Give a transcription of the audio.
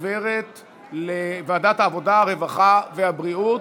עוברת לוועדת העבודה, הרווחה והבריאות.